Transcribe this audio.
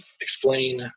explain